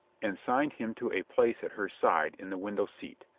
and signed him to a place at her side in the window-seat.